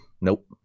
Nope